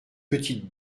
petite